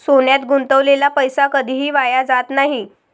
सोन्यात गुंतवलेला पैसा कधीही वाया जात नाही